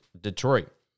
Detroit